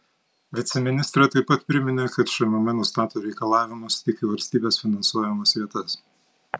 viceministrė taip pat priminė kad šmm nustato reikalavimus tik į valstybės finansuojamas vietas